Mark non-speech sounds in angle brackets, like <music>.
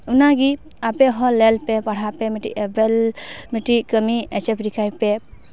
ᱚᱱᱟᱜᱮ ᱟᱯᱮ ᱦᱚᱸ ᱧᱮᱞ ᱯᱮ ᱯᱟᱲᱦᱟᱜ ᱯᱮ ᱢᱤᱫᱴᱤᱡ ᱮᱵᱮᱞ <unintelligible> ᱢᱤᱫᱴᱤᱡ ᱠᱟᱹᱢᱤ ᱮᱪᱤᱵᱷ ᱞᱮᱠᱟᱭ ᱯᱮ